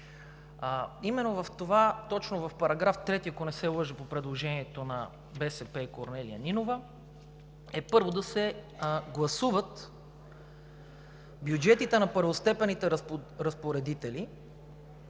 Именно в параграф 3, ако не се лъжа, по предложението на БСП и госпожа Корнелия Нинова, е, първо, да се гласуват бюджетите на първостепенните разпоредители,